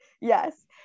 yes